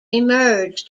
emerged